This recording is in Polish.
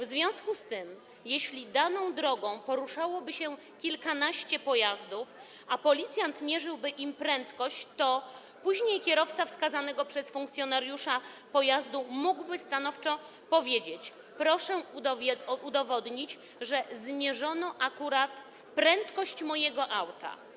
W związku z tym, jeśli daną drogą poruszałoby się kilkanaście pojazdów, a policjant mierzyłby prędkość, to później kierowca wskazanego przez funkcjonariusza pojazdu mógłby stanowczo powiedzieć: Proszę udowodnić, że zmierzono akurat prędkość mojego auta.